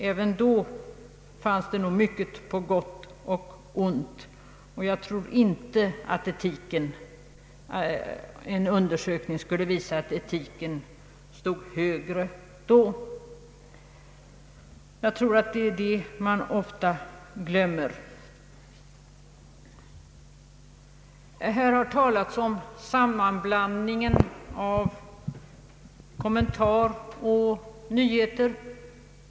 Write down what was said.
Även då fanns det mycket på gott och ont, och jag tror inte att en undersökning skulle visa att etiken stod högre då — jag tror att vi ofta glömmer det. Här har talats om sammanblandningen av kommentarer och nyheter.